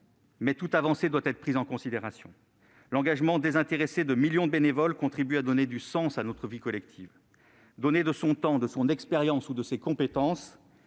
mais toute avancée doit être prise en considération. L'engagement désintéressé de millions de bénévoles contribue à donner du sens à notre vie collective. Donner de son temps, de son expérience ou de ses compétences